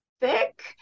thick